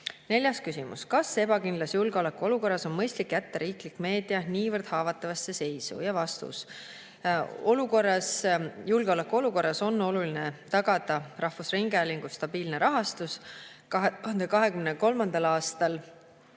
Neljas küsimus: "Kas ebakindlas julgeolekuolukorras on mõistlik jätta riiklik meedia niivõrd haavatavasse seisu?" Vastus. [Ebakindlas] julgeolekuolukorras on oluline tagada rahvusringhäälingu stabiilne rahastus. 2023. aastal